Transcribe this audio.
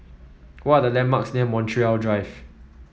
what are the landmarks near Montreal Drive